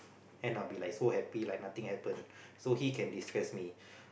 end I'll be like so happy like nothing happen so he can distress me